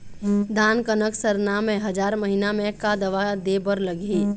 धान कनक सरना मे हजार महीना मे का दवा दे बर लगही?